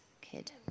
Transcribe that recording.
kid